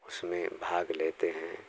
उसमें भाग लेते हैं